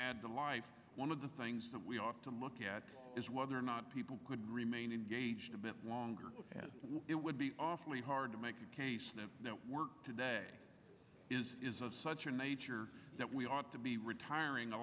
add to life one of the things that we ought to look at is whether or not people could remain engaged a bit longer as it would be awfully hard to make a case that no work today is of such a nature that we ought to be retiring a